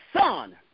son